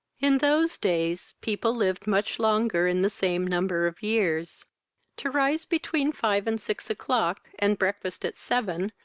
in those days people lived much longer in the same number of years to rise between five and six o'clock, and breakfast at seven,